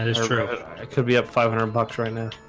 and it's true it could be up five hundred bucks right now